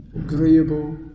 agreeable